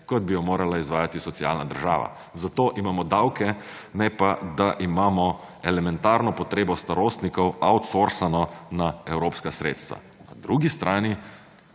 kot bi jo morala izvajati socialna država. Za to imamo davke, ne pa da imamo elementarno potrebo starostnikov outsourcano na evropska sredstva. Na drugi strani